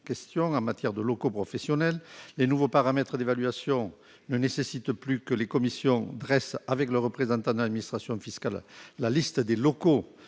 en matière de locaux professionnels : les nouveaux paramètres d'évaluation ne nécessitent plus que les commissions dressent avec le représentant de l'administration fiscale la liste des locaux